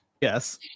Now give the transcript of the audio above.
Yes